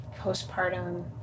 postpartum